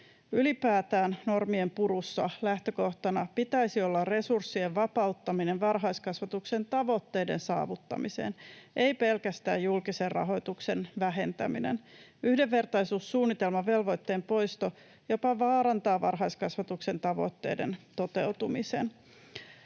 Ylipäätään normien purussa lähtökohtana pitäisi olla resurssien vapauttaminen varhaiskasvatuksen tavoitteiden saavuttamiseen, ei pelkästään julkisen rahoituksen vähentäminen. Yhdenvertaisuussuunnitelmavelvoitteen poisto jopa vaarantaa varhaiskasvatuksen tavoitteiden toteutumisen.